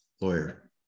lawyer